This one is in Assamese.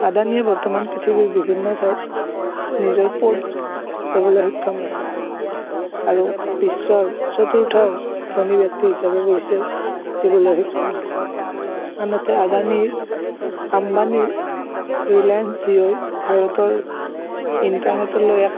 আদানীয়ে বৰ্তমান পৃথিৱীৰ বিভিন্ন ঠাইত নিজৰ পোৰ্ট ল'বলৈ সক্ষম হৈছে আৰু বিশ্বৰ চতুৰ্থ ধনী ব্যক্তি হিচাপে পৰিচয় দিবলৈ সক্ষম হৈছে আনহাতে আদানীৰ আম্বানীৰ ৰিলায়েঞ্চ জিঅ'ই ভাৰতৰ ইণ্টাৰনেটলৈ এক